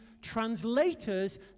translators